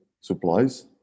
supplies